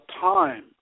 time